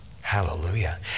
Hallelujah